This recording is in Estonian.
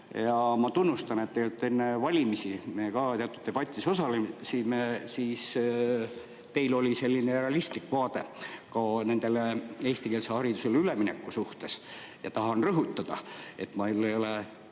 Ma tunnustan, et kui teiega enne valimisi teatud debatis osalesime, siis teil oli selline realistlik vaade ka eestikeelsele haridusele ülemineku suhtes. Tahan rõhutada, et meil ei ole